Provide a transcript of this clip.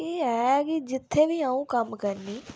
एह है कि जित्थे बी अ'ऊं कम करनी